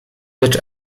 lecz